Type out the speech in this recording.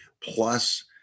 plus